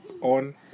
On